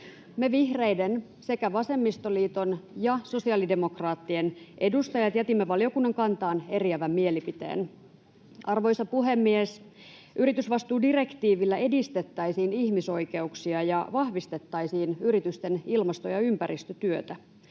Me vihreiden sekä vasemmistoliiton ja sosiaalidemokraattien edustajat jätimme valiokunnan kantaan eriävän mielipiteen. Arvoisa puhemies! Yritysvastuudirektiivillä edistettäisiin ihmisoikeuksia ja vahvistettaisiin yritysten ilmasto- ja ympäristötyötä.